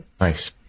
nice